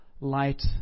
light